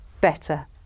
better